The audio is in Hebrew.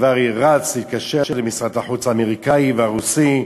כבר רץ להתקשר למשרד החוץ האמריקני והרוסי,